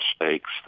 mistakes